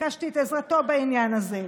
ביקשתי את עזרתו בעניין הזה.